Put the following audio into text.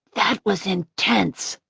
that was intense!